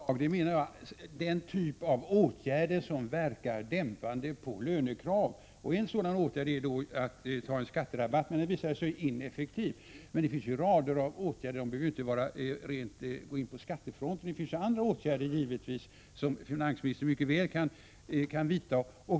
Herr talman! Med liknande slag menar jag en typ av åtgärd som verkar dämpande på lönekraven. En sådan åtgärd är en skatterabatt, men den visade sig ineffektiv. Det finns dock rader av andra åtgärder som finansministern mycket väl kan vidta. De behöver inte gå in på skatteområdet.